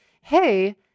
Hey